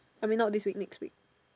I mean not this week next week